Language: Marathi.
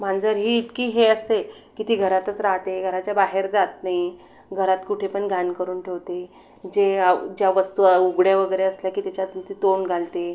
मांजर ही इतकी हे असते की ती घरातच राहते घराच्या बाहेर जात नाही घरात कुठेपण घाण करून ठेवते जे ज्या वस्तू उघड्या वगैरे असल्या की त्याच्यात ती तोंड घालते